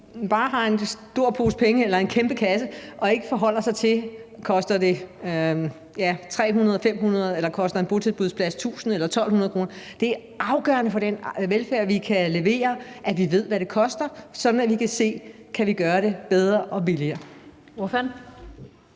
bare have en stor pose penge eller en kæmpe kasse og ikke forholde sig til, om det koster 300 kr. eller 500 kr., eller at en botilbudsplads koster 1.000 kr. eller 1.200 kr. Det er afgørende for den velfærd, vi kan levere, at vi ved, hvad det koster, sådan at vi kan se, om vi kan gøre det bedre og billigere.